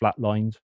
flatlined